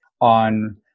on